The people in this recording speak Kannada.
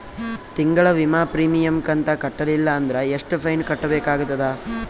ತಿಂಗಳ ವಿಮಾ ಪ್ರೀಮಿಯಂ ಕಂತ ಕಟ್ಟಲಿಲ್ಲ ಅಂದ್ರ ಎಷ್ಟ ಫೈನ ಕಟ್ಟಬೇಕಾಗತದ?